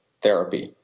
therapy